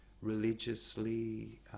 religiously